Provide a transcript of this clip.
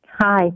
Hi